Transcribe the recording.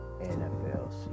NFL